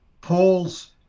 paul's